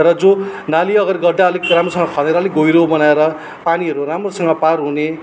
र जो नाली अगर गड्डा अलिक राम्रोसँग खनेर अलिक गैह्रो बनाएर पानीहरू राम्रोसँग पार हुने